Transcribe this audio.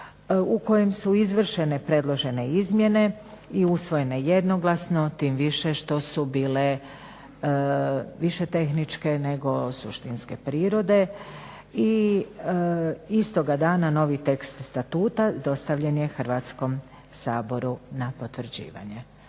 u kojem su izvršene predložene izmjene i usvojene jednoglasno, tim više što su bile više tehničke nego suštinske prirode. I istoga dana novi tekst Statuta dostavljen je Hrvatskom saboru na potvrđivanje.